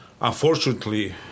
unfortunately